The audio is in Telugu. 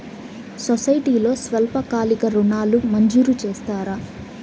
సొసైటీలో స్వల్పకాలిక ఋణాలు మంజూరు చేస్తారా?